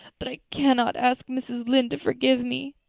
but i cannot ask mrs. lynde to forgive me.